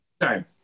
time